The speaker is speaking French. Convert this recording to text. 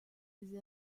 des